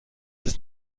ist